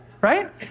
right